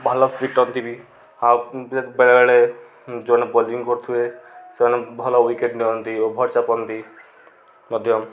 ଭଲ ପିଟନ୍ତି ବି ଆଉ ବେଳେବେଳେ ଯେଉଁମାନେ ବୋଲିଂ କରୁଥିବେ ସେମାନେ ଭଲ ୱିକେଟ ନିଅନ୍ତି ଓଭର ଚାପନ୍ତି ମଧ୍ୟ